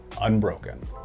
unbroken